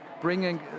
bringing